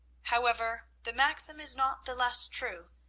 however, the maxim is not the less true,